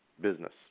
business